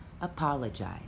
apologize